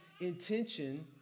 intention